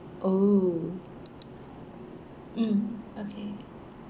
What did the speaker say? oh mm okay